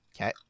Okay